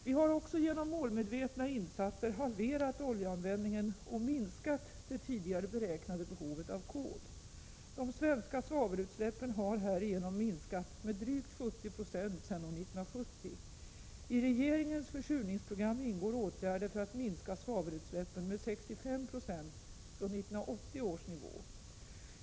Vi har också genom målmedvetna insatser halverat oljeanvändningen och minskat det tidigare beräknade behovet av kol. De svenska svavelutsläppen har härigenom minskat med drygt 70 90 sedan år 1970. I regeringens försurningsprogram ingår åtgärder för att minska svavelutsläppen med 65 70 från 1980 års nivå.